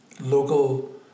local